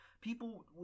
people